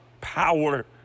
power